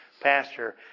Pastor